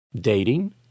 Dating